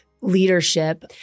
leadership